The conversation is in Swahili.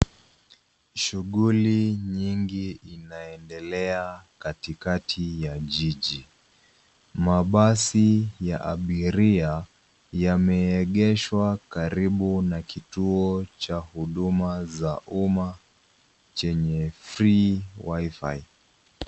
Shughuli nyingi zinaendelea katikati ya jiji. Mabasi ya abiria yame egeshwa karibu na kituo cha huduma za uma chenye (cs) free wifi (cs).